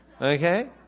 Okay